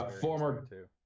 former